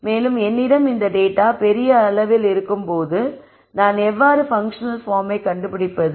மேலும் என்னிடம் இந்த டேட்டா பெரிய அளவில் இருக்கும் போது நான் எவ்வாறு பன்க்ஷனல் பார்ம்மை கண்டுபிடிப்பது